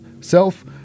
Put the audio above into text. self